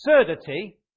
absurdity